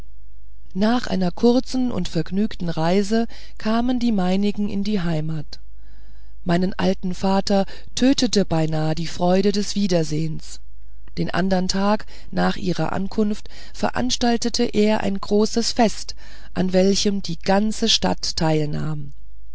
nach einer kurzen und vergnügten reise kamen die meinigen in die heimat meinen alten vater tötete beinahe die freude des wiedersehens den andern tag nach ihrer ankunft veranstaltete er ein großes fest an welchem die ganze stadt teilnahm